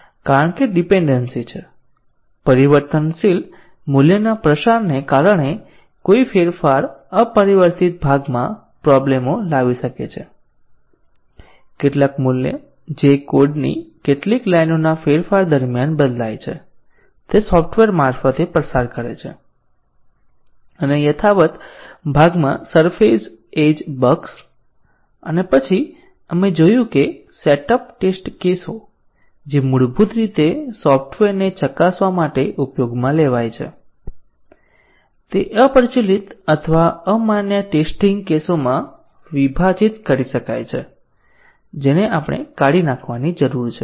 કારણ ડીપેનડન્સી છે પરિવર્તનશીલ મૂલ્યના પ્રસારને કારણે કોઈ ફેરફાર અપરિવર્તિત ભાગમાં પ્રોબ્લેમઓ લાવી શકે છે કેટલાક મૂલ્ય જે કોડની કેટલીક લાઇનોના ફેરફાર દરમિયાન બદલાય છે તે સોફ્ટવેર મારફતે પ્રચાર કરે છે અને યથાવત ભાગમાં સરફેસ એજ બગ્સ અને પછી આપણે જોયું કે સેટ અપ ટેસ્ટ કેસો જે મૂળભૂત રીતે સોફ્ટવેરને ચકાસવા માટે ઉપયોગમાં લેવાય છે તે અપ્રચલિત અથવા અમાન્ય ટેસ્ટીંગ કેસોમાં વિભાજિત કરી શકાય છે જેને આપણે કાઢી નાખવાની જરૂર છે